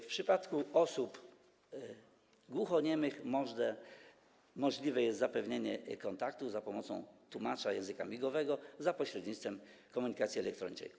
W przypadku osób głuchoniemych możliwe jest zapewnienie kontaktu przy pomocy tłumacza języka migowego za pośrednictwem komunikacji elektronicznej.